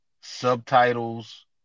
subtitles